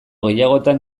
gehiagotan